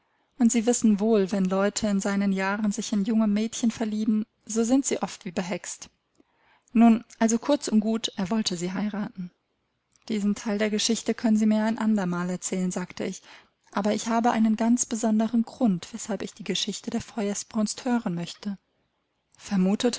und sie wissen wohl wenn leute in seinen jahren sich in junge mädchen verlieben so sind sie oft wie behext nun also kurz und gut er wollte sie heiraten diesen teil der geschichte können sie mir ja ein andermal erzählen sagte ich aber ich habe einen ganz besonderen grund weshalb ich die geschichte der